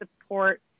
support